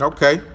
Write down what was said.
Okay